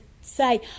say